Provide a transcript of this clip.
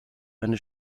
eine